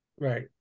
Right